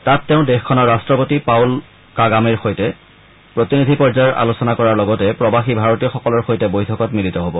তাত তেওঁ দেশখনৰ ৰট্টপতি পাউল কাগামেৰ সৈতে প্ৰতিনিধি পৰ্য্যায়ৰ আলোচনা কৰাৰ লগতে প্ৰবাসী ভাৰতীয়সকলৰ সৈতে বৈঠকত মিলিত হ'ব